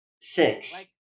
Six